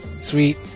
Sweet